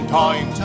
time